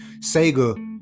Sega